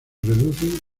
reducen